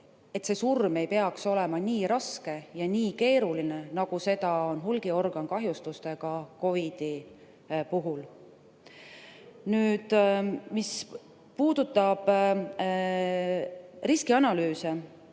et see surm ei peaks olema nii raske ja nii keeruline, nagu seda on hulgiorgankahjustusega COVID‑i puhul. Nüüd, mis puudutab riskianalüüse,